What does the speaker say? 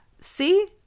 see